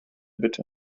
bitte